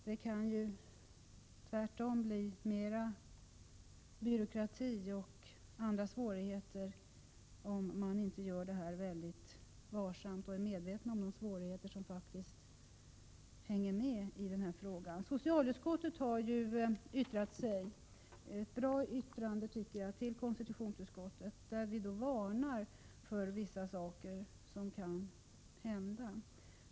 Det kan tvärtom bli mer byråkrati och andra svårigheter, om man inte gör det hela mycket varsamt och är medveten om de svårigheter som faktiskt finns. Socialutskottet har yttrat sig till konstitutionsutskottet. Det är ett bra yttrande, där vi varnar för vissa saker som kan hända.